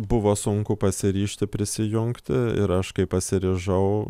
buvo sunku pasiryžti prisijungti ir aš kai pasiryžau